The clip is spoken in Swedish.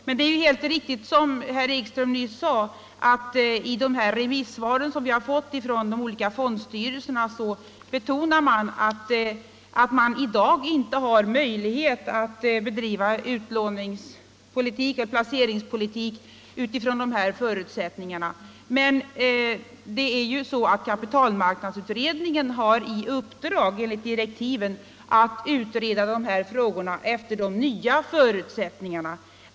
Det är också helt riktigt som herr Ekström sade, att i remissyttrandena från de olika fondstyrelserna betonas det att man i dag inte har möjlighet att bedriva placeringspolitiken utifrån de här förutsättningarna. Men kapitalmarknadsutredningen har ju enligt direktiven i uppdrag att utreda dessa frågor enligt de nya förutsättningarna.